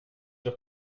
sûr